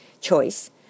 choice